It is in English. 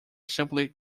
simply